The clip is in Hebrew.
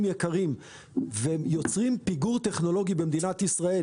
יקרים ויוצרים פיגור טכנולוגי במדינת ישראל,